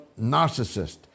narcissist